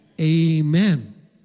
amen